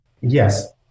yes